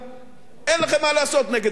אין לכם מה לעשות נגד המספר הזה,